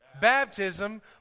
Baptism